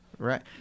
Right